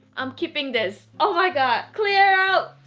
i'm keeping this. oh my god clear out